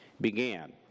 began